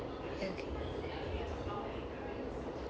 okay